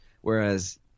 Whereas